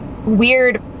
Weird